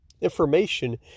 information